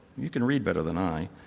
you can read better than i.